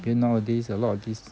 then nowadays a lot of this